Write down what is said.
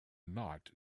not